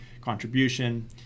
contribution